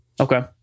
Okay